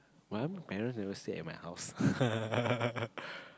my parents never stay at my house